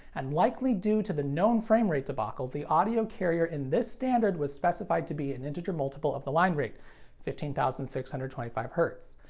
and likely due to the known framerate debacle, the audio carrier in this standard was specified to be an integer multiple of the linerate, fifteen thousand six hundred and twenty five hertz.